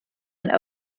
and